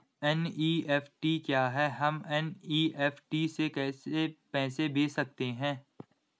NEFT क्या है हम एन.ई.एफ.टी से कैसे पैसे भेज सकते हैं?